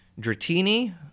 Dratini